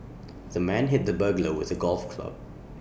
the man hit the burglar with A golf club